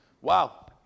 Wow